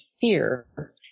fear